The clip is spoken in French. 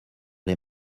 les